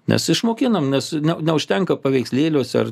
nes išmokinam nes neužtenka paveikslėliuose ar